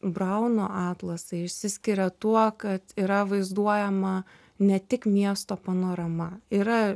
brauno atlasai išsiskiria tuo kad yra vaizduojama ne tik miesto panorama yra